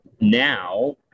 now